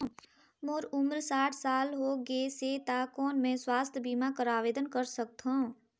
मोर उम्र साठ साल हो गे से त कौन मैं स्वास्थ बीमा बर आवेदन कर सकथव?